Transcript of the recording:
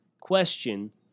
question